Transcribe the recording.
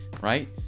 right